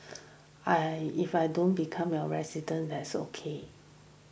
I if I don't become your that's okay